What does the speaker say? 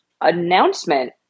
announcement